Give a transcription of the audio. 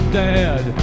dad